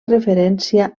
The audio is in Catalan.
referència